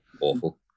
Awful